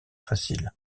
facile